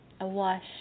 awash